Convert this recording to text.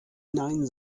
nein